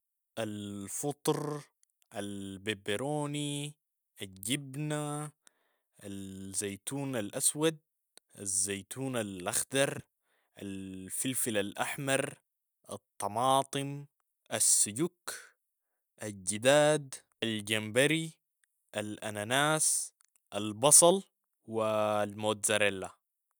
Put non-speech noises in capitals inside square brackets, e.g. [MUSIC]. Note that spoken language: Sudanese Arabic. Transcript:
الفطر، البيبيروني، الجبنة، ال- [HESITATION] زيتون الاسود، الزيتون الاخضر، الفلفل الاحمر، الطماطم، السجوك، الجداد، الجمبري، الاناناس، البصل و الموتزاريلا.